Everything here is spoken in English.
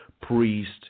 priest